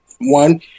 one